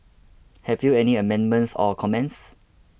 have you any amendments or comments